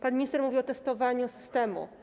Pan minister mówi o testowaniu systemu.